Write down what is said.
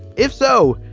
if so,